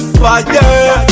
fire